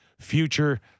future